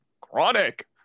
Chronic